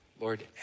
Lord